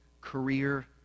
career